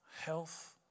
health